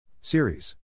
Series